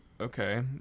okay